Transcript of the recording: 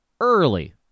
early